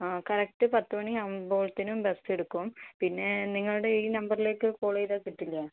ആ കറക്റ്റ് പത്ത് മണി ആവുമ്പോൾത്തേനും ബസ് എടുക്കും പിന്നെ നിങ്ങളുടെ ഈ നമ്പറിലേക്ക് കോൾ ചെയ്താൽ കിട്ടില്ലേ